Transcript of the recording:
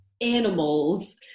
animals